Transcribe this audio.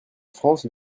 france